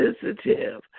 sensitive